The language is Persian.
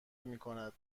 میکند